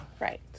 Right